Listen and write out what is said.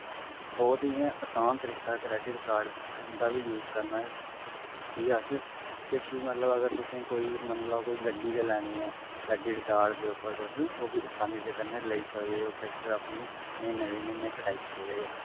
बौह्त इयां असान तरीका ऐ क्रैडिट कार्ड दा बी यूस करना कि अस किश बी मतलब अगर तुसें कोई मन्नी लैओ कोई गड्डी गै लैनी ऐ क्रैडिट कार्ड दे उप्पर तुस ओह् असानी दे कन्नै लेई सकदे ओ किश्त अपनी म्हीने दी म्हीने कटाई सकदे ओ